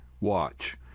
Watch